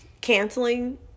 canceling